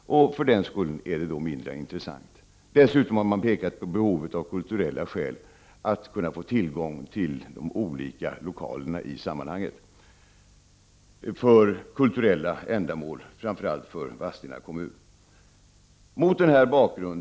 För den skull är det mindre intressant. Dessutom har man pekat på behovet att kunna få tillgång till de olika lokalerna i sammanhanget för kulturella ändamål, framför allt för Vadstena kommun. Herr talman!